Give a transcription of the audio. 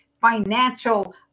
financial